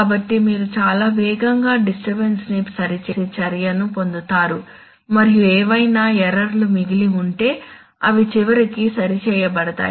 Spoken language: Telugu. కాబట్టి మీరు చాలా వేగంగా డిస్టర్బన్స్ ని సరిచేసే చర్యను పొందుతారు మరియు ఏవైనా ఎర్రర్ లు మిగిలి ఉంటే అవి చివరికి సరిచేయబడతాయి